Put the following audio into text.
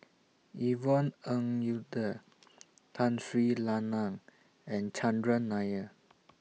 Yvonne Ng Uhde Tun Sri Lanang and Chandran Nair